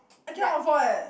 like